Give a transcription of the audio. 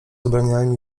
ubraniami